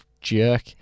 jerk